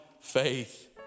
faith